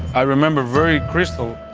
i remember very crystal.